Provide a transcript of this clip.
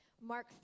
Mark